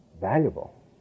valuable